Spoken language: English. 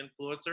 influencer